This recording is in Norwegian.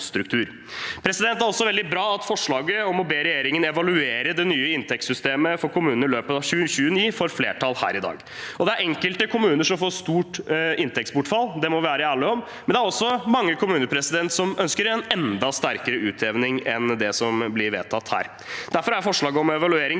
Det er også veldig bra at forslaget om å be regjeringen evaluere det nye inntektssystemet for kommunene i løpet av 2029 får flertall her i dag. Det er enkelte kommuner som får stort inntektsbortfall – det må vi være ærlige om – men det er også mange kommuner som ønsker en enda sterkere utjevning enn det som blir vedtatt her. Derfor er forslaget om evaluering